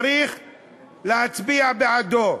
צריך להצביע בעדו.